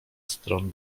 stron